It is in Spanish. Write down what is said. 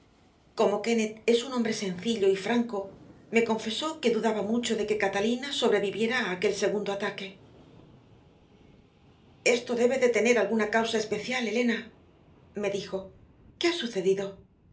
como kennett es un hombre sencillo y franco me confesó que dudaba mucho de que catalina sobreviviera a aquel segundo ataque esto debe de tener alguna causa especial elena me dijo qué ha sucedido